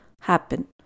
happen